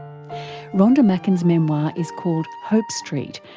rhonda macken's memoir is called hope street,